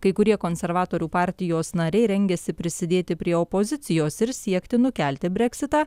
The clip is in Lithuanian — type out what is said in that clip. kai kurie konservatorių partijos nariai rengiasi prisidėti prie opozicijos ir siekti nukelti breksitą